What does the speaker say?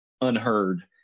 unheard